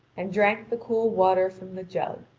and drank the cool water from the jar.